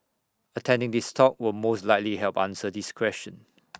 attending this talk will most likely help answer this question